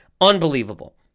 unbelievable